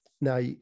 Now